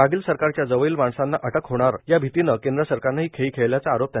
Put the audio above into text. मागील सरकारच्या जवळील माणसांना अटक होणार या भितीने केंद्र सरकारने ही खेळी खेळल्याचा आरोप त्यांनी केला